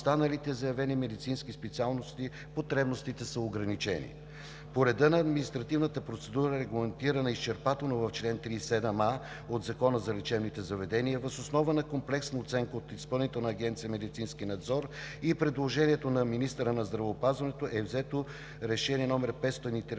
останалите заявени медицински специалности потребностите са ограничени. По реда на административната процедура, регламентирана изчерпателно в чл. 37а от Закона за лечебните заведения, въз основа на комплексна оценка от Изпълнителна агенция „Медицински надзор“ и предложението на министъра на здравеопазването е взето Решение № 513